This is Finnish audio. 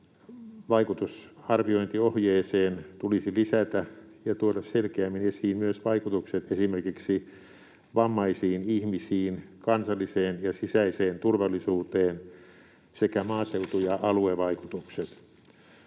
vaikutusarviointiohjeeseen tulisi lisätä ja tuoda selkeämmin esiin myös vaikutukset esimerkiksi vammaisiin ihmisiin, kansalliseen ja sisäiseen turvallisuuteen sekä maaseutu- ja aluevaikutukset.